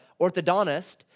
orthodontist